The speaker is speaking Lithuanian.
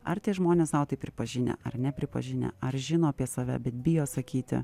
ar tie žmonės sau tai pripažinę ar nepripažinę ar žino apie save bet bijo sakyti